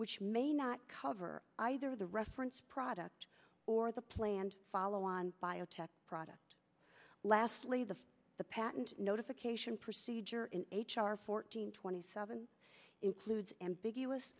which may not cover either the reference product or the planned follow on biotech product lastly the the patent notification procedure in h r fourteen twenty seven includes ambiguous